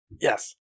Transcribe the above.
Yes